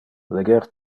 leger